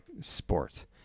sport